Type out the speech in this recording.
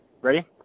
Ready